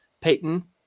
Peyton